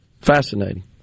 Fascinating